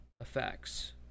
effects